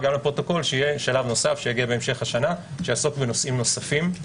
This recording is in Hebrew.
יהיה שלב נוסף שיגיע בהמשך השנה שיעסוק בנושאים נוספים.